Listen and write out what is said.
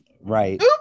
right